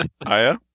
Aya